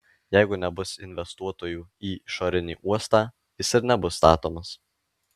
jeigu nebus investuotojų į išorinį uostą jis ir nebus statomas